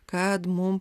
kad mum